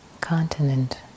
continent